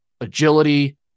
agility